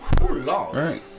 Right